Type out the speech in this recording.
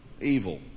Evil